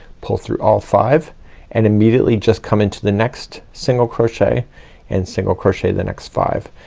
pull through all five and immediately just come into the next single crochet and single crochet the next five.